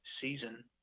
season